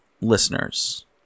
listeners